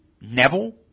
Neville